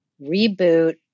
Reboot